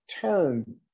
turn